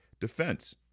Defense